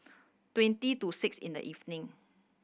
twenty to six in the evening